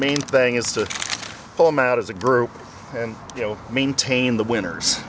main thing is to pull them out as a group and you know maintain the winner